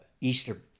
Easter